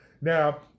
Now